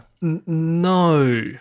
No